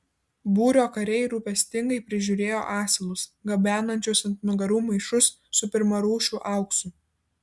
būrio kariai rūpestingai prižiūrėjo asilus gabenančius ant nugarų maišus su pirmarūšiu auksu